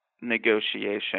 negotiation